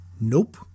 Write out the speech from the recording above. nope